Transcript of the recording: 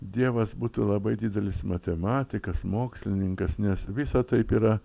dievas būtų labai didelis matematikas mokslininkas nes visa taip yra